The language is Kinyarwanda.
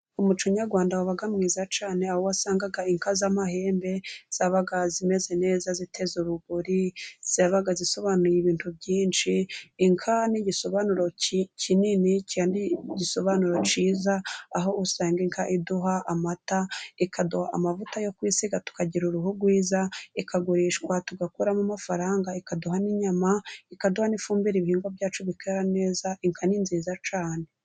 Umuco nyarwanda wabaga mwiza cyane. Aho wasangaga inka z'amahembe zabaga zimeze neza ziteza urugori. Zabaga zisobanuye ibintu byinshi. Inka ni igisobanuro kinini cyangwa igisobanura cyiza aho usanga inka iduha amata, ikaduha amavuta yo kwisiga, tukagira uruhu rwiza, ikagurishwa tugakuramo amafaranga, ikaduha n'inyama, ikaduha n'ifumbire ibihingwa byacu bikera neza. Inka ni nziza cyane.